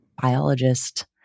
biologist